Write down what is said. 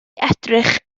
edrych